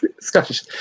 Scottish